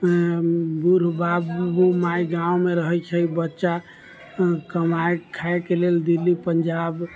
बुढ़ बाप माय गाँवमे रहै छै बच्चा कमाइ खाइके लेल दिल्ली पंजाब